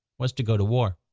was to go to war.